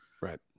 Right